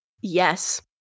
yes